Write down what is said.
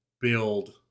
build